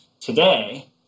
today